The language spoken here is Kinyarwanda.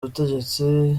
ubutegetsi